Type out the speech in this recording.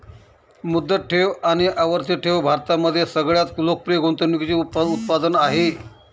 मुदत ठेव आणि आवर्ती ठेव भारतामध्ये सगळ्यात लोकप्रिय गुंतवणूकीचे उत्पादन आहे